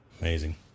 Amazing